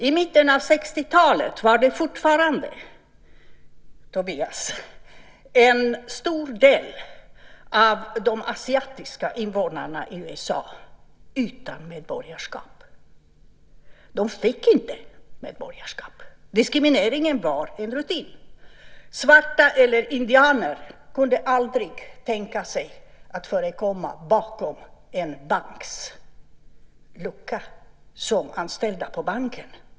I mitten av 60-talet var en stor del av de asiatiska invånarna i USA fortfarande utan medborgarskap. De fick inte medborgarskap. Diskrimineringen var rutinmässig. Svarta eller indianer kunde aldrig tänkas förekomma bakom luckan i en bank, alltså som anställda på banken.